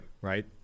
right